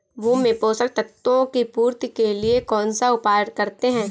भूमि में पोषक तत्वों की पूर्ति के लिए कौनसा उपाय करते हैं?